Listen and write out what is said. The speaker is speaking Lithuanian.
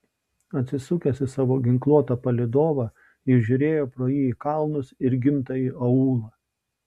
atsisukęs į savo ginkluotą palydovą jis žiūrėjo pro jį į kalnus ir gimtąjį aūlą